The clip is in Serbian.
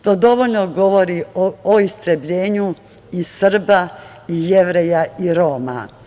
To dovoljno govori o istrebljenju i Srba i Jevreja i Roma.